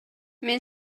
мен